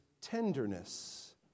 tenderness